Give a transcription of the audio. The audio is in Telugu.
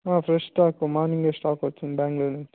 ఫ్రెష్ స్టాకు మార్నింగే స్టాకొచ్చింది బెంగళూరు నుంచి